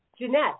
Jeanette